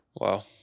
Wow